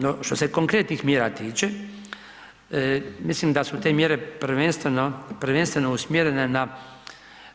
No što se konkretnih mjera tiče, mislim da su te mjere prvenstveno usmjerene